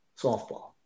softball